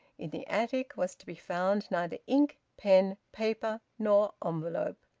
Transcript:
in the attic was to be found neither ink, pen, paper, nor envelope.